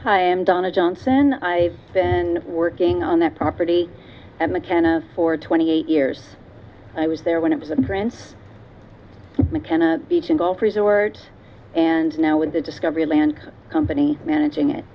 and donna johnson i've been working on that property and mckenna for twenty eight years i was there when i was a prince mckenna beach and golf resort and now with the discovery land company managing it